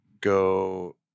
go